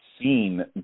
seen